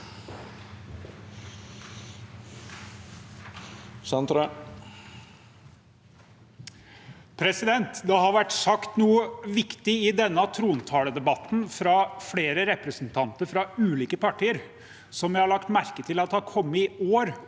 Det har vært sagt noe viktig i denne trontaledebatten fra flere representanter fra ulike partier som jeg har lagt merke til at har kommet i år,